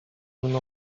mną